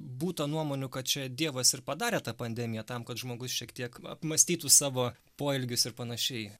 būta nuomonių kad čia dievas ir padarė tą pandemiją tam kad žmogus šiek tiek apmąstytų savo poelgius ir panašiai